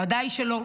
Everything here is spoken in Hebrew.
בוודאי שלא.